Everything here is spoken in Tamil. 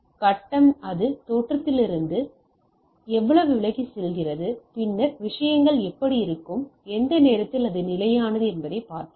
கட்டம் அது தோற்றத்திலிருந்து எவ்வளவு விலகிச் சென்றது பின்னர் விஷயங்கள் எப்படி இருக்கும் எந்த நேரத்தில் அது நிலையானது என்பதை பார்ப்போம்